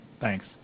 Thanks